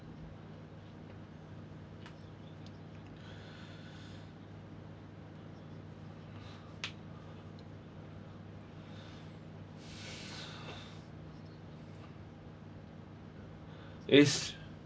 it's